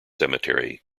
cemetery